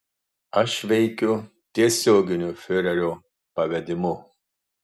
aš veikiu tiesioginiu fiurerio pavedimu